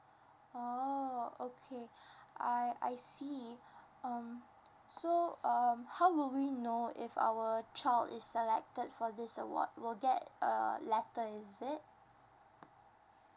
oh okay I I see um so um how will we know if our child is selected for this award will that err letter is it